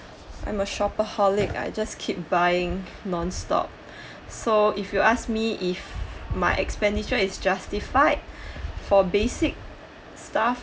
I'm a shopaholic I just keep buying non-stop so if you ask me if my expenditure is justified for basic stuff